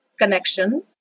connection